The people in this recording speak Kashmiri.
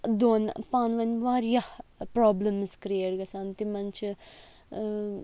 دۄن پانٕوٲنۍ وارِیاہ پرٛابلِمٕز کِریٹ گَژھاں تِمَن چھِ